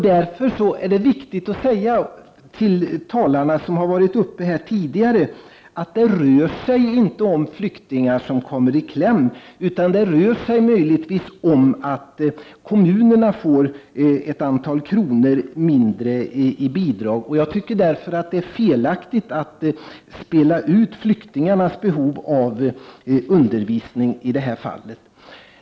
Därför är det viktigt att säga till de tidigare talarna att det inte rör sig om flyktingar som kommer i kläm, utan det rör sig möjligen om att kommunerna får ett antal kronor mindre i bidrag. Jag tycker därför att det är fel att spela ut flyktingarnas behov av undervisning i det här fallet.